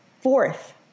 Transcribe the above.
Fourth